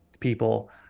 people